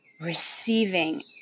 receiving